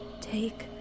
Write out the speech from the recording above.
take